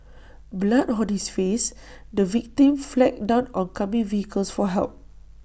blood on his face the victim flagged down oncoming vehicles for help